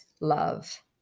love